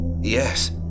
yes